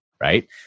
right